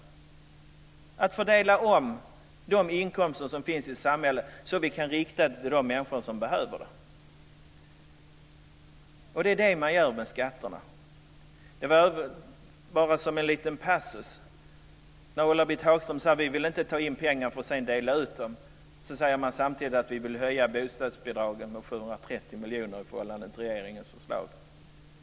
Det handlar alltså om att fördela om de inkomster som finns i samhället för att i stället rikta pengarna till de människor som behöver dem. Det är ju vad man gör med skatterna. Som en liten passus vill jag säga följande: Ulla Britt Hagström sade: Vi vill inte ta in pengar för att sedan dela ut dem. Men samtidigt säger man: Vi vill höja bostadsbidragen med 730 miljoner i förhållande till regeringens förslag.